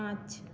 पाँच